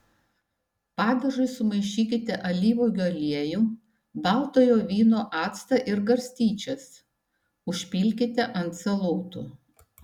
padažui sumaišykite alyvuogių aliejų baltojo vyno actą ir garstyčias užpilkite ant salotų